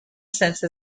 since